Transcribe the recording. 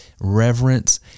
reverence